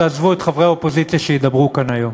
תעזבו את חברי האופוזיציה שידברו כאן היום.